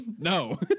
No